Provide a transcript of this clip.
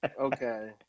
Okay